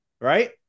Right